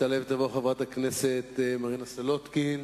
תעלה ותבוא חברת הכנסת מרינה סולודקין,